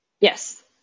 Yes